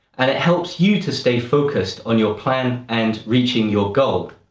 and it helps you to stay focused on your plan and reaching your goal.